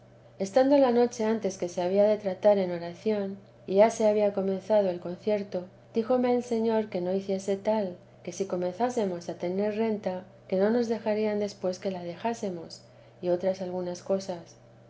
estando la noche antes que se había de tratar en oración y ya se había comenzado el concierto díjome el señor que no hiciese tal que si comenzásemos a tener renta que no nos dejarían después que la dejásemos y otras algunas cosas